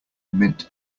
mint